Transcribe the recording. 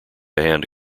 hand